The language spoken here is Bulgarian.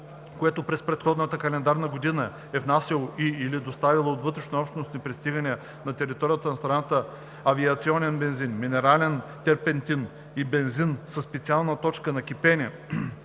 което през предходната календарна година е внасяло и/или доставяло от вътрешнообщностни пристигания на територията на страната авиационен бензин, минерален терпентин и бензин със специална точка на кипене,